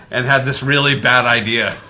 and had this really bad idea,